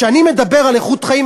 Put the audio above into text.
כשאני מדבר על איכות חיים,